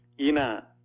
ina